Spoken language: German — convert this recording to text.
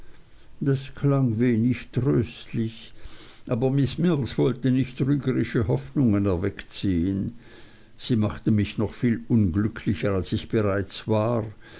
das klang wenig tröstlich aber miß mills wollte nicht trügerische hoffnungen erweckt sehen sie machte mich noch viel unglücklicher als ich bereits war